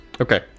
Okay